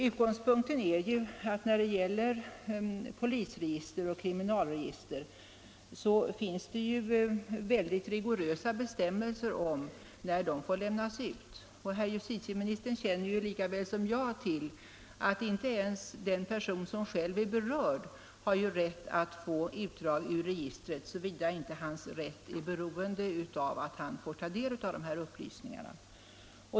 Utgångspunkten är ju att då det gäller polisregister och kriminalregister finns det väldigt rigorösa bestämmelser om när sådana uppgifter får lämnas ut. Herr justitieministern känner lika väl som jag till att inte ens den person som själv är berörd kan få utdrag ur registret såvida inte hans rätt är beroende av att han får ta del av upplysningarna.